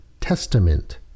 testament